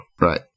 Right